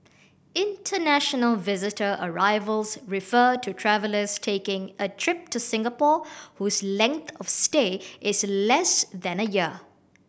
international visitor arrivals refer to travellers taking a trip to Singapore whose length of stay is less than a year